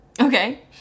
Okay